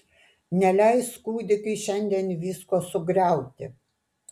neleis kūdikiui šiandien visko sugriauti